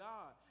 God